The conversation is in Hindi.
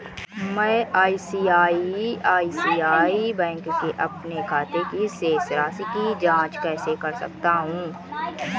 मैं आई.सी.आई.सी.आई बैंक के अपने खाते की शेष राशि की जाँच कैसे कर सकता हूँ?